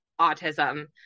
autism